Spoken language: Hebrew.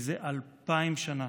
זה אלפיים שנה.